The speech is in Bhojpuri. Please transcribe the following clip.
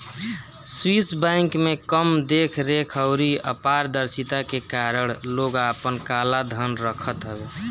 स्विस बैंक में कम देख रेख अउरी अपारदर्शिता के कारण लोग आपन काला धन रखत हवे